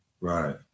right